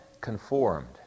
conformed